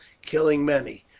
killing many,